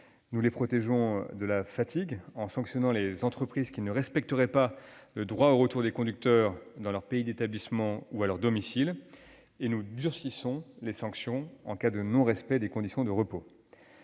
nous les protégeons de la fatigue, en sanctionnant les entreprises qui ne respecteraient pas le droit au retour des conducteurs, dans leur pays d'établissement ou à leur domicile, et nous durcissons les sanctions en cas de non-respect des conditions de repos.